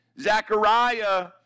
Zechariah